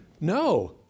No